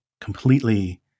completely